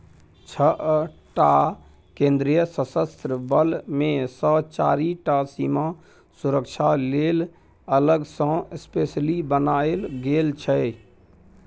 छअ टा केंद्रीय सशस्त्र बल मे सँ चारि टा सीमा सुरक्षा लेल अलग सँ स्पेसली बनाएल गेल छै